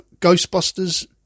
Ghostbusters